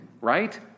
right